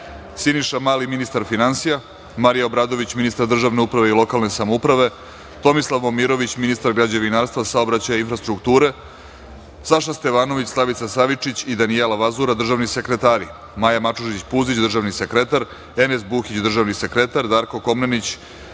Siniša Mali, ministar finansija, Marija Obradović, ministar državne uprave i lokalne samouprave, Tomislav Momirović, ministar građevinarstva, saobraćaja i infrastrukture, Saša Stevanović, Slavica Savičić i Danijela Vazura, državni sekretari, Maja Mačužić Puzić, državni sekretar, Enes Buhić, državni sekretar, Darko Komnenić,